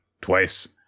Twice